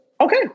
okay